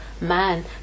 man